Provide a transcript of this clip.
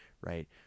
Right